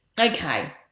okay